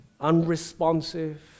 unresponsive